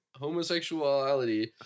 homosexuality